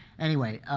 anyway,